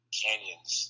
canyons